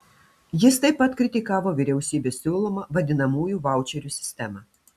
jis taip pat kritikavo vyriausybės siūlomą vadinamųjų vaučerių sistemą